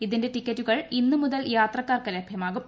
ഇതിന്റെ ടിക്കറ്റുകൾ ഇന്ന് മുതൽ യാത്രക്കാർക്ക് ലഭ്യമാകും